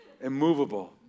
Immovable